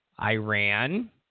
Iran